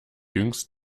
jüngst